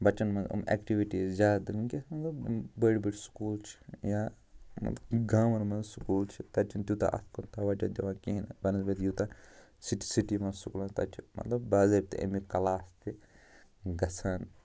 بَچَن منٛز یِم ایکٹیٛوٗٹیٖز زیادٕ ؤنکٮ۪س مطلب بٔڈۍ بٔڈۍ سکوٗل چھِ یا گامَن منٛز سکوٗل چھِ تَتہِ چھِ تیٛوٗتاہ اَتھ پٮ۪ٹھ توجہ دِوان کِہیٖنٛۍ بَنسبَت یوٗتاہ سِی سِٹی منٛز سکوٗلَن تَتہِ چھِ مطلب باضٲبطہٕ امِکۍ کلاس تہِ گژھان